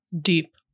deep